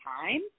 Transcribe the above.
time